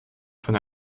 von